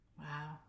wow